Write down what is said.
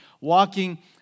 walking